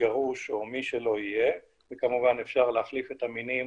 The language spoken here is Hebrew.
מגרוש או מי שלא יהיה וכמובן אפשר להחליף את המינים